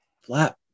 flat